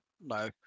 no